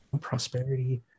Prosperity